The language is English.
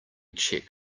check